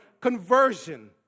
conversion